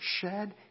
shed